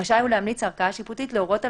רשאי הוא להמליץ לערכאה השיפוטית להורות על